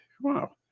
wow